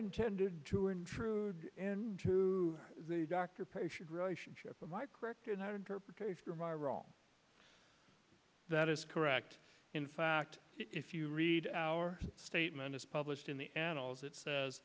intended to intrude into the doctor patient relationship or my corrector not interpret wrong that is correct in fact if you read our statement as published in the annals it says